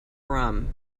rum